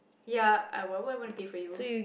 ya I want why would I wanna pay for you